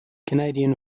canadian